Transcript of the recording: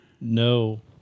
No